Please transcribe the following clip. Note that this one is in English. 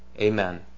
Amen